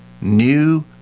New